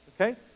okay